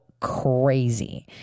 crazy